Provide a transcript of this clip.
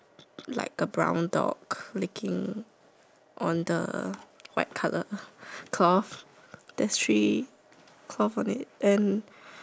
on the white color cloth the tree cover it and one of it on the purple one it say